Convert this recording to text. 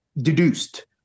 deduced